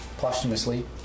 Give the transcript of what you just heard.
posthumously